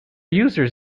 users